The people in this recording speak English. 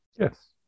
yes